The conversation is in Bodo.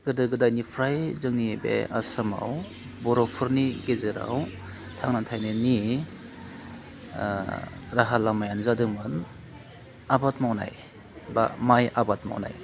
गोदो गोदायनिफ्राय जोंनि बे आसामाव बर'फोरनि गेजेराव थांना थानायनि राहा लामायानो जादोंमोन आबाद मावनाय बा माय आबाद मावनाय